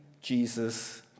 Jesus